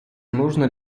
нужно